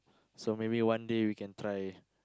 so maybe one day we can try